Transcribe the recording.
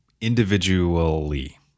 individually